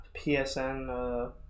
PSN